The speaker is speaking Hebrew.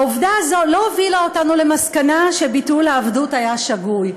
העובדה הזאת לא הובילה אותנו למסקנה שביטול העבדות היה שגוי,